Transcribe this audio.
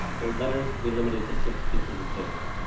their letters can be limited to six pieces of paper.